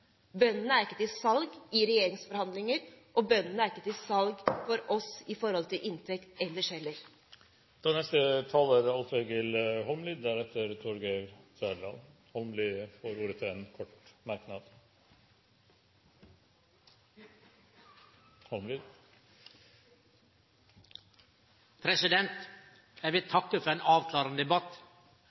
Bøndene er ikke til salgs i regjeringsforhandlinger, og bøndene er ikke til salgs for oss når det gjelder inntekt ellers heller. Representanten Alf Egil Holmelid har hatt ordet to ganger tidligere og får ordet til en kort merknad, begrenset til 1 minutt. Eg vil takke for ein avklarande debatt